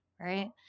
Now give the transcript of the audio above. right